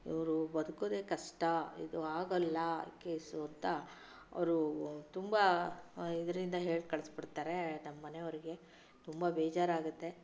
ಇವರು ಬದುಕೋದೇ ಕಷ್ಟ ಇದು ಆಗಲ್ಲ ಕೇಸ್ ಅಂತ ಅವರು ತುಂಬಾ ಇದರಿಂದ ಹೇಳಿ ಕಳಿಸಿಬಿಡ್ತಾರೆ ನಮ್ಮ ಮನೆಯವರಿಗೆ ತುಂಬಾ ಬೇಜಾರಾಗುತ್ತೆ